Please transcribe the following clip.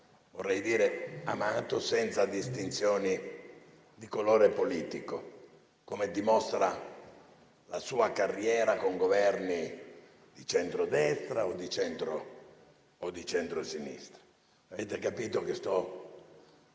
vorrei dire amato, senza distinzioni di colore politico, come dimostra la sua carriera con Governi di centrodestra o di centrosinistra. Avrete capito che sto